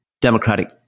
Democratic